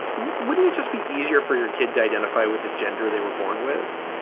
wouldn't it just be easier for your kid to identify with the gender they were born with?